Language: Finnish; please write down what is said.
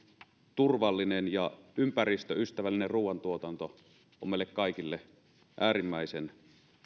turvallinen ja ympäristöystävällinen ruoantuotanto on meille kaikille äärimmäisen